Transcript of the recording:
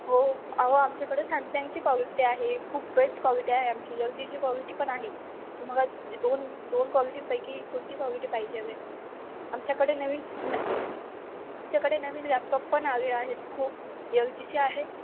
हो अहो आमच्याकडे सॅमसंगची कॉलिटी आहे खूप बेस्ट कॉलिटी आहे आमची यल जीची कॉलिटी पण आहे तुम्हाला दोन दोन कॉलिटींपैकी कोणती कॉलिटी पाहिजे हवे आमच्याकडे नवीन न आमच्याकडे नवीन लॅपटॉप पण हवी आहेत खूप यल जीचे आहे